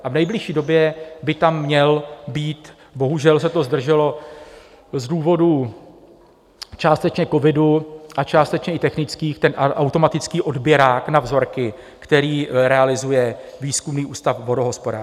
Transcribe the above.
V nejbližší době by tam měl být bohužel se to zdrželo z důvodů částečně covidu a částečně i technických automatický odběrák na vzorky, který realizuje Výzkumný ústav vodohospodářský.